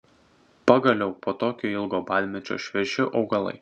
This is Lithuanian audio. pagaliau po tokio ilgo badmečio švieži augalai